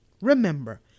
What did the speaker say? Remember